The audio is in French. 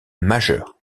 majeur